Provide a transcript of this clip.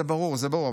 זה ברור, זה ברור.